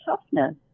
toughness